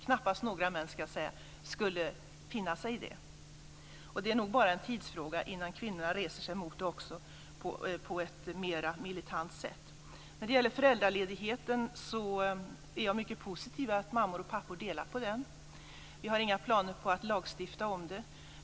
Knappast några män skulle finna sig i det. Och det är nog bara en tidsfråga innan kvinnorna reser sig mot det också på ett mer militant sätt. När det gäller föräldraledigheten är jag mycket positiv till att mammor och pappor delar på tiden. Vi har inga planer på att lagstifta om det.